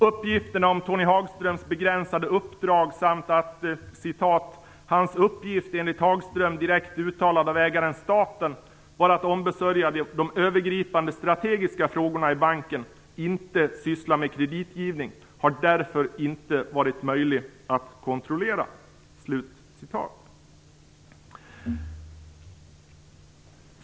Uppgifterna om Tony Hagströms begränsade uppdrag samt att hans uppgift, enligt Hagström direkt uttalad av ägaren staten, var att ombesörja de övergripande strategiska frågorna i banken, inte syssla med kreditgivning, har därför inte varit möjliga att kontrollera.